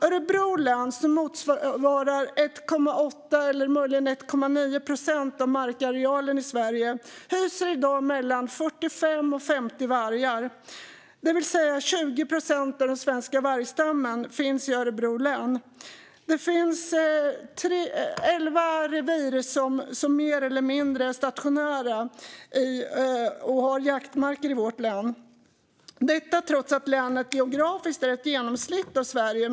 Örebro län, som motsvarar 1,8 eller möjligen 1,9 procent av markarealen i Sverige, hyser i dag mellan 45 och 50 vargar. 20 procent av den svenska vargstammen finns alltså i Örebro län, och det finns elva revir som mer eller mindre är stationära och har jaktmarker i vårt län, detta trots att länet geografiskt är ett genomsnitt av Sverige.